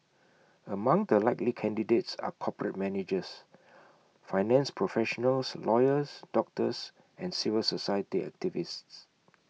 among the likely candidates are corporate managers finance professionals lawyers doctors and civil society activists